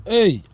Hey